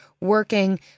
working